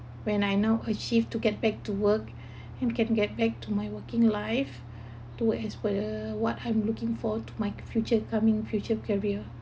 when I now achieve to get back to work and can get back to my working life to as per what I'm looking for to my future coming future career